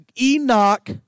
Enoch